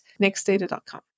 nextdata.com